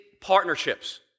partnerships